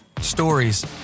Stories